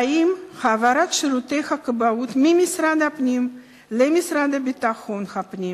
האם העברת שירותי הכבאות ממשרד הפנים למשרד לביטחון הפנים